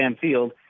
Field